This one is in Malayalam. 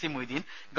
സി മൊയ്തീൻ ഗവ